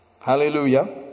Hallelujah